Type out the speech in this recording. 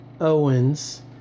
Owens